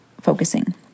focusing